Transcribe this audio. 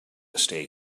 stay